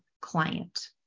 client